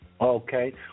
Okay